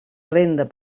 renda